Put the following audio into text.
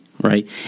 right